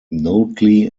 notley